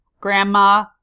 grandma